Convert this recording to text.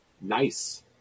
nice